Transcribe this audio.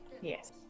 Yes